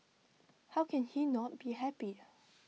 how can he not be happy